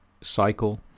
cycle